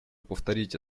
повторить